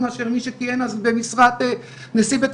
שלהיום אני מבינה שזה סימן מובהק מאוד לסרטן שד.